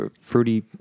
fruity